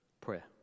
prayer